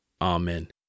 Amen